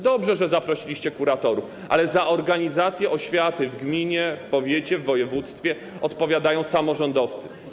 Dobrze, że zaprosiliście kuratorów, ale za organizację oświaty w gminie, w powiecie, w województwie odpowiadają samorządowcy.